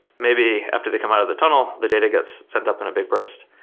maybe after they come out of the tunnel, the data gets sent up in a big burst.